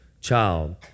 child